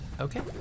Okay